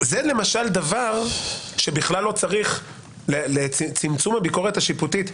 זה דבר שבכלל לא צריך צמצום הביקורת השיפוטית.